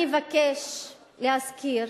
אני אבקש להזכיר